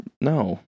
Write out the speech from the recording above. No